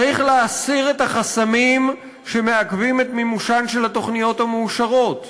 צריך להסיר את החסמים שמעכבים את מימושן של התוכניות המאושרות,